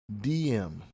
DM